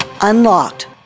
unlocked